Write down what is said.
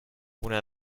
una